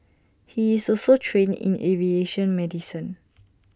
he is also trained in aviation medicine